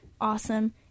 awesome